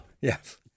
Yes